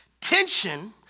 Tension